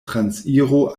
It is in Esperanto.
transiro